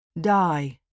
Die